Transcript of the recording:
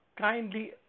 Kindly